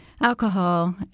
alcohol